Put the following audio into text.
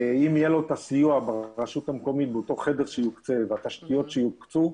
אם יהיה לו את הסיוע ברשות המקומית באותו חדר שיוקצה והתשתיות שיוקצו,